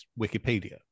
wikipedia